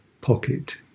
pocket